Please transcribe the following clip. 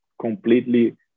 completely